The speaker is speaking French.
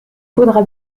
faudra